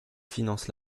finance